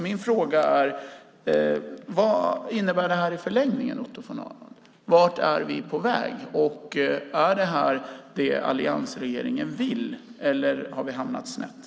Min fråga är: Vad innebär det här i förlängningen, Otto von Arnold? Vart är vi på väg? Är det här det alliansregeringen vill, eller har vi hamnat snett?